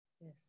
Yes